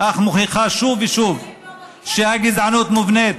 אך מוכיחה שוב ושוב שהגזענות מובנית.